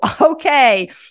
okay